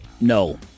no